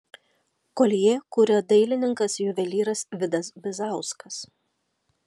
koljė kuria dailininkas juvelyras vidas bizauskas